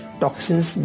toxins